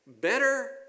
better